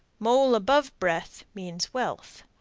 mole above breath means wealth.